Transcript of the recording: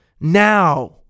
now